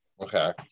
Okay